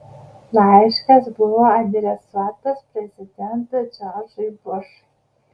laiškas buvo adresuotas prezidentui džordžui bušui